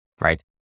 right